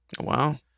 Wow